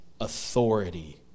authority